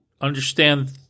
understand